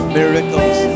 miracles